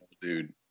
dude